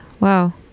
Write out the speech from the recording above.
wow